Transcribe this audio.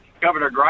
Governor